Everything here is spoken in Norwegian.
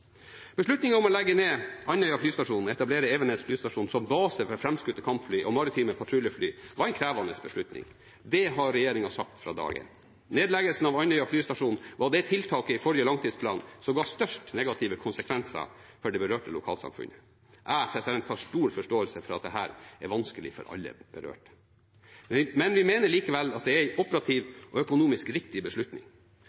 om å legge ned Andøya flystasjon og etablere Evenes flystasjon som base for framskutte kampfly og maritime patruljefly var en krevende beslutning. Det har regjeringen sagt fra dag én. Nedleggelsen av Andøya flystasjon var det tiltaket i forrige langtidsplan som ga de største negative konsekvensene for et berørt lokalsamfunn. Jeg har stor forståelse for at dette er vanskelig for alle berørte. Vi mener likevel at det operativt og økonomisk er